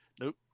nope